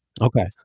Okay